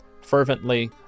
fervently